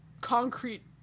concrete